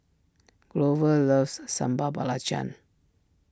Grover loves Sambal Belacan